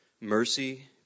Mercy